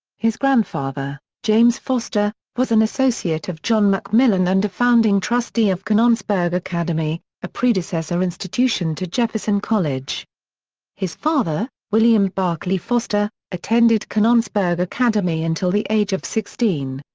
his grandfather, james foster, was an associate of john mcmillan and a founding trustee of canonsburg academy, a predecessor institution to jefferson college his father, william barclay foster, attended canonsburg academy until the age of sixteen.